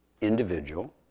individual